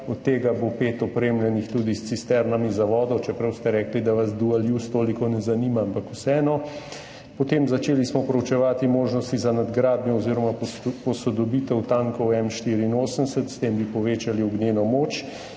od tega bo pet opremljenih tudi s cisternami za vodo, čeprav ste rekli, da vas dual-use toliko ne zanima, ampak vseeno. Potem smo začeli proučevati možnosti za nadgradnjo oziroma posodobitev tankov M-84, s tem bi povečali ognjeno moč.